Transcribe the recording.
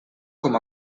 com